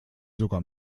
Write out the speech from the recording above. sogar